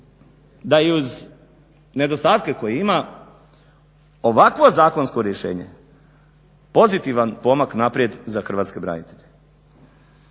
da i uz nedostatke koje ima ovako zakonsko rješenje pozitivan pomak naprijed za hrvatske branitelje.